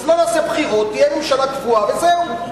אז לא נעשה בחירות, תהיה ממשלה קבועה, וזהו.